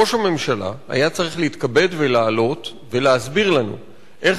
ראש הממשלה היה צריך להתכבד ולעלות ולהסביר לנו איך